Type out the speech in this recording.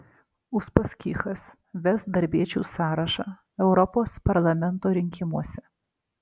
uspaskichas ves darbiečių sąrašą europos parlamento rinkimuose